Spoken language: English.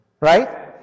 right